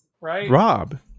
Rob